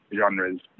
genres